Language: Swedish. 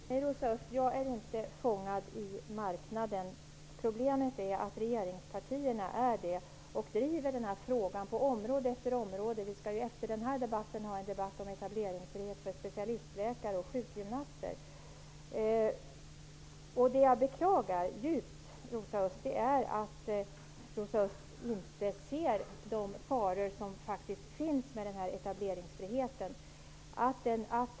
Fru talman! Nej, Rosa Östh, jag är inte marknadens fånge. Problemet är att regeringspartierna är det, även i den här frågan och på område efter område. Vi skall efter den här debatten ha en debatt om etableringsrätt för specialistläkare och sjukgymnaster. Jag beklagar djupt att Rosa Östh inte ser de faror som faktiskt finns i etableringsfriheten.